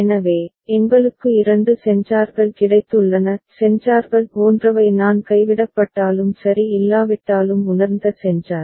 எனவே எங்களுக்கு இரண்டு சென்சார்கள் கிடைத்துள்ளன சென்சார்கள் போன்றவை நான் கைவிடப்பட்டாலும் சரி இல்லாவிட்டாலும் உணர்ந்த சென்சார்